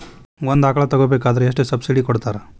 ಒಂದು ಆಕಳ ತಗೋಬೇಕಾದ್ರೆ ಎಷ್ಟು ಸಬ್ಸಿಡಿ ಕೊಡ್ತಾರ್?